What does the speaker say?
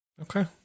Okay